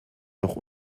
noch